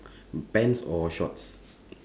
pants or shorts